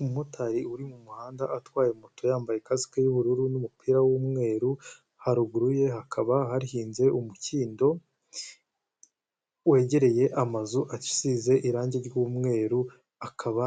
Umumotari uri mu muhanda atwaye moto yambaye kasike y'ubururu n'umupira w'umweru, haruguru ye hakaba hahinze umukindo wegereye amazu asize irangi ryumweru, akaba